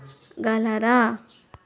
గలరా